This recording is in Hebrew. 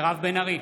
מירב בן ארי,